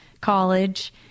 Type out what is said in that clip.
College